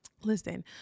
Listen